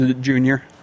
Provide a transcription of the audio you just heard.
junior